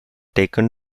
taken